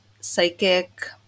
psychic